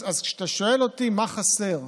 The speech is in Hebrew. אז כשאתה שואל אותי מה חסר,